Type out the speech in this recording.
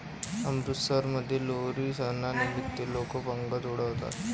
अमृतसरमध्ये लोहरी सणानिमित्त लोक पतंग उडवतात